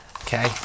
Okay